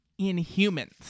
Inhumans